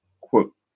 quote